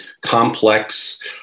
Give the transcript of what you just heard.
complex